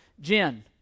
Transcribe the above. Jen